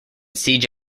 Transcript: siege